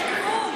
יש גבול.